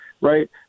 Right